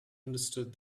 understood